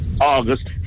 August